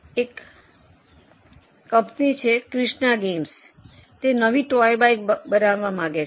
તેથી ક્રિષ્ના ગેમ્સ નવી તોયની બાઇક બનાવવા માંગે છે